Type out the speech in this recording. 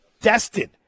destined